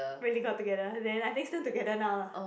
really got together and then I think still together now lah